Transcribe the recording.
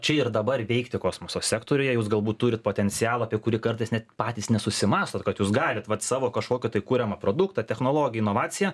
čia ir dabar veikti kosmoso sektoriuje jūs galbūt turit potencialo apie kurį kartais net patys nesusimąstot kad jūs galit vat savo kažkokį tai kuriamą produktą technologiją inovaciją